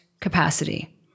capacity